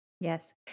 Yes